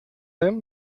him